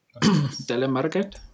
Telemarket